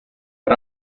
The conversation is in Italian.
per